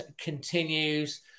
continues